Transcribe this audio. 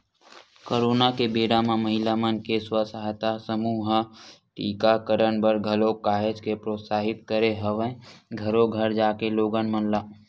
corona के बेरा म महिला मन के स्व सहायता समूह ह टीकाकरन बर घलोक काहेच के प्रोत्साहित करे हवय घरो घर जाके लोगन मन ल